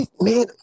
Man